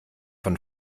von